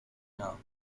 know